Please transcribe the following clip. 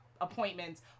appointments